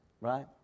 right